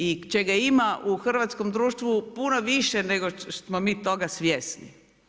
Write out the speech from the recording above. I čega ima u hrvatskom društvu, puno više nego što smo mi toga svjesni.